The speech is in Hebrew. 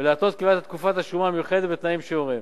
ולהתנות את קביעת תקופת השומה המיוחדת בתנאים שיורה.